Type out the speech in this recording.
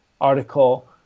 article